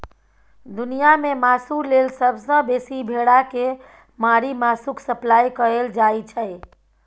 दुनियाँ मे मासु लेल सबसँ बेसी भेड़ा केँ मारि मासुक सप्लाई कएल जाइ छै